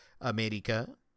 America